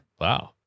Wow